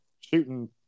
shooting –